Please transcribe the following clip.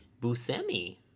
buscemi